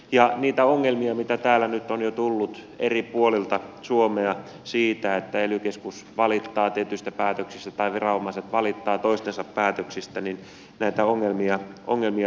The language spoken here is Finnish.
ja niitä ongelmia mitä täällä nyt on jo tullut eri puolilta suomea siitä että ely keskus valittaa tietyistä päätöksistä tai viranomaiset valittavat toistensa päätöksistä todellakin on